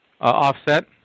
offset